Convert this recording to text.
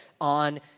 on